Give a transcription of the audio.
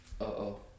Uh-oh